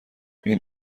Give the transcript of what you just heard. این